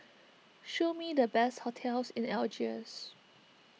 show me the best hotels in Algiers